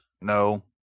No